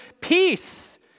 peace